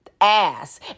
ass